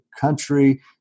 country